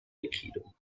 aikido